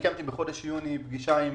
קיימתי בחודש יוני פגישה עם